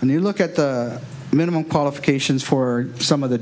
and you look at the minimum qualifications for some of the